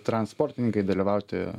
trans sportininkai dalyvauti